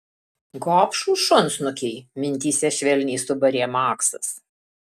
gobšūs šunsnukiai mintyse švelniai subarė maksas